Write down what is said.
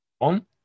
on